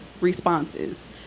responses